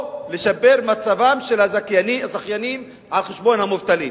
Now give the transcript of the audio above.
או לשפר מצבם של הזכיינים על חשבון המובטלים?